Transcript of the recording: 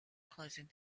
closing